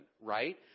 right